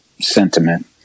sentiment